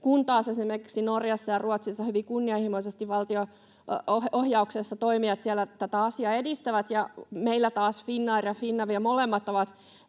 kun taas esimerkiksi Norjassa ja Ruotsissa hyvin kunnianhimoisesti valtion ohjauksessa toimijat tätä asiaa edistävät. Meillä taas Finnair ja Finavia, molemmat, ovat